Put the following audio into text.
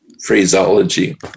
phraseology